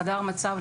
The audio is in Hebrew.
חדר מצב הוא